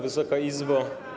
Wysoka Izbo!